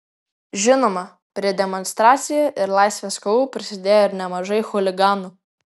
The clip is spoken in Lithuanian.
žinoma prie demonstracijų ir laisvės kovų prisidėjo ir nemažai chuliganų